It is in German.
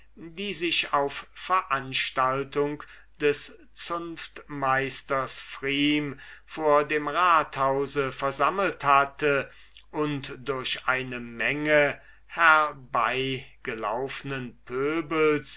die sich auf veranstaltung des zunftmeisters pfrieme vor dem rathause versammelt hatte und durch eine menge herbeigelaufnen pöbels